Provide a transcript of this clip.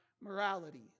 morality